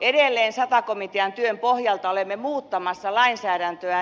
edelleen sata komitean työn pohjalta olemme muuttamassa lainsäädäntöä